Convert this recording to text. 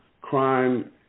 crime